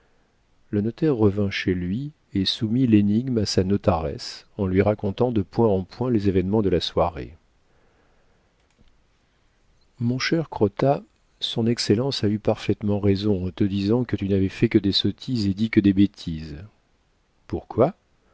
le notaire revint chez lui et soumit l'énigme à sa notaresse en lui racontant de point en point les événements de la soirée mon cher crottat son excellence a eu parfaitement raison en te disant que tu n'avais fait que des sottises et dit que des bêtises pourquoi